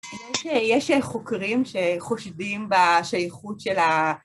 יש חוקרים שחושדים בשייכות של ה...